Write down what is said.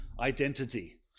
identity